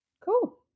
Cool